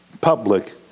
Public